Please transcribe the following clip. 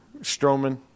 Strowman